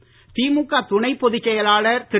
ராசா திமுக துணை பொதுச் செயலாளர் திரு